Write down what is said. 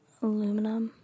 aluminum